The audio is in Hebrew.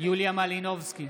יוליה מלינובסקי,